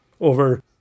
over